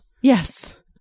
Yes